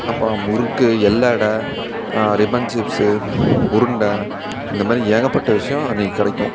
அப்புறம் முறுக்கு எல்லடை ரிப்பன் சிப்ஸு உருண்டை இந்தமாதிரி ஏகப்பட்ட விஷயம் அன்றைக்கு கிடைக்கும்